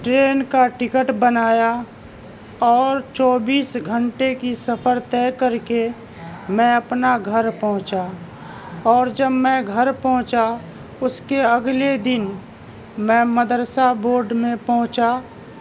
train کا ticket بنایا اور چوبیس گھنٹے کی سفر طے کر کے میں اپنا گھر پہنچا اور جب میں گھر پہنچا اس کے اگلے دن میں مدرسہ بورڈ میں پہنچا